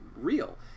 real